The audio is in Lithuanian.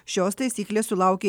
šios taisyklės sulaukė